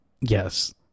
Yes